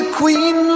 queen